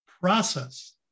process